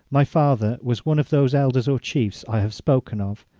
my father was one of those elders or chiefs i have spoken of,